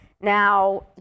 Now